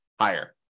higher